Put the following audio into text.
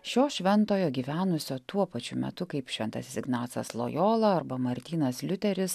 šio šventojo gyvenusio tuo pačiu metu kaip šventasis ignacas lojola arba martynas liuteris